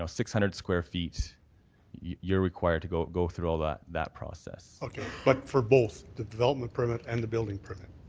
you know six hundred square feet you're required to go go through all that that process. okay. but for both the development permit and the building permit?